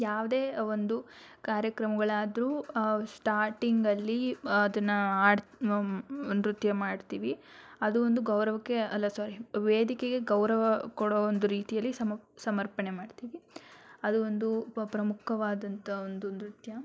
ಯಾವುದೇ ಒಂದು ಕಾರ್ಯಕ್ರಮಗಳಾದರೂ ಸ್ಟಾರ್ಟಿಂಗಲ್ಲಿ ಅದನ್ನು ಹಾಡ್ತ್ ನೃತ್ಯ ಮಾಡ್ತೀವಿ ಅದು ಒಂದು ಗೌರವಕ್ಕೆ ಅಲ್ಲ ಸಾರಿ ವೇದಿಕೆಗೆ ಗೌರವ ಕೊಡೊ ಒಂದು ರೀತಿಯಲ್ಲಿ ಸಮರ್ಪಣೆ ಮಾಡ್ತಿವಿ ಅದು ಒಂದು ಪ್ರಮುಖವಾದಂಥ ಒಂದು ನೃತ್ಯ